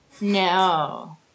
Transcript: No